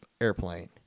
airplane